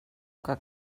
que